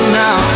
now